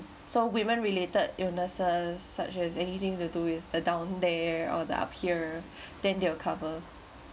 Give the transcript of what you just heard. so women-related illnesses such as anything to do with the down there or the up here then they will cover